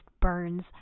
burns